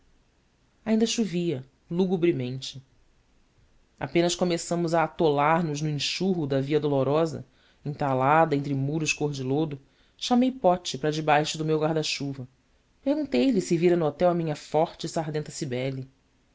ainda chovia lugubremente apenas começamos a atolar nos no enxurro da via dolorosa entalada entre muros cor de lodo chamei pote para debaixo do meu guarda-chuva perguntei-lhe se vira no hotel a minha forte e sardenta cibele